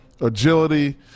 agility